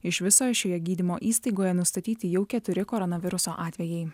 iš viso šioje gydymo įstaigoje nustatyti jau keturi koronaviruso atvejai